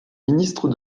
ministre